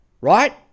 right